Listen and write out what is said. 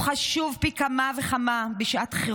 בשעת חירום, הוא חשוב פי כמה וכמה מבשגרה,